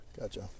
gotcha